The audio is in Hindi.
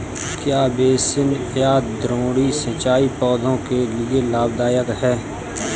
क्या बेसिन या द्रोणी सिंचाई पौधों के लिए लाभदायक है?